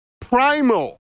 primal